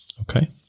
Okay